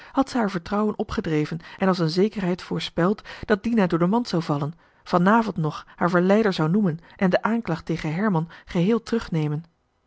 had zij haar vertrouwen opgedreven en als een zekerheid voorspeld dat dina door de mand zou vallen vanavond nog haar verleider zou noemen om de aanklacht tegen herman geheel